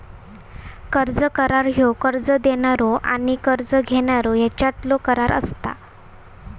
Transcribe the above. कर्ज करार ह्यो कर्ज देणारो आणि कर्ज घेणारो ह्यांच्यातलो करार असता